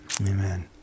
Amen